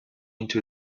into